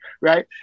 right